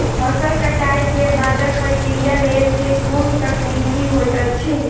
फसल कटाई केँ बादक प्रक्रिया लेल केँ कुन तकनीकी होइत अछि?